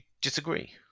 disagree